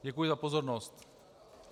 Děkuji za pozornost.